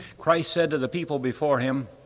christ said to the people before him,